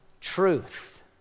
truth